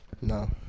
No